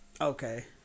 Okay